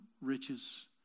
riches